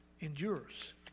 endures